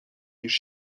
niż